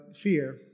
fear